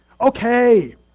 okay